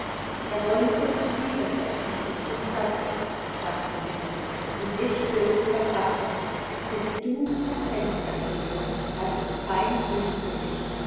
da wollen wir uns niedersetzen und uns satt essen sagte hänsel ich will vom dach essen iß du vom fenster gretel das ist fein süß für dich